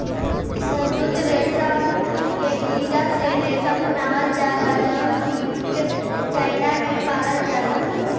शहतूत रेशम के कीड़ा से रेशम बनावल जाला जउन कीट चाइना में पालल जाला